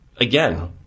Again